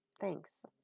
Thanks